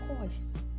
poised